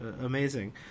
amazing